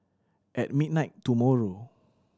at midnight tomorrow